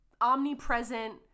omnipresent